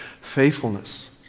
faithfulness